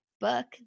book